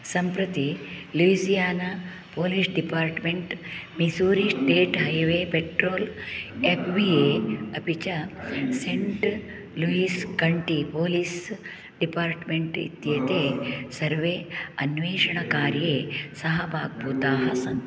सम्प्रति Louisiana police department Missouri state highway patrol F B I अपि च Saint Louis county police department इत्येते सर्वे अन्वेषणकार्ये सहभाग्भूताः सन्ति